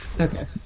Okay